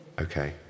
Okay